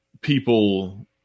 people